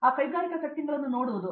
ಆ ಕೈಗಾರಿಕಾ ಸೆಟ್ಟಿಂಗ್ಗಳನ್ನು ಮಾಡುವುದು